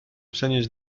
przenieść